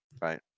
Right